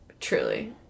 Truly